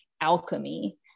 alchemy